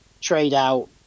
trade-out